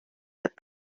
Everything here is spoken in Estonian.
need